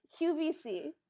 QVC